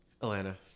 Atlanta